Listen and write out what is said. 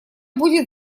будет